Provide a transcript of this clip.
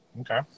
Okay